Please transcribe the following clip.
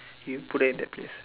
you put her in that place